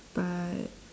but